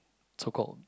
so called